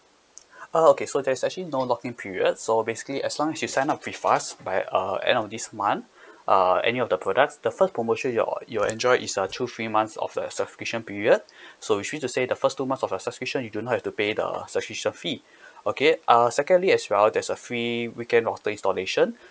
oh okay so there's actually no lock in periods so basically as long as you sign up with us by uh end of this month uh any of the products the first promotion you're uh you'll enjoy is a two free months off the subscription period so which mean to say the first two months of your subscription you do not have to pay the subscription fee okay uh secondly as well there's a free weekend of day installation